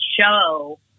show